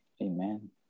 Amen